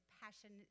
passion